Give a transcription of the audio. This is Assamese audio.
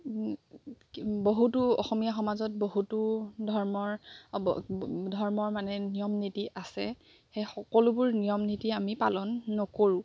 বহুতো অসমীয়া সমাজত বহুতো ধৰ্মৰ অঁ ধৰ্মৰ মানে নিয়ম নীতি আছে সেই সকলোবোৰ নিয়ম নীতি আমি পালন নকৰোঁ